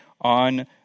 on